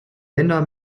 länder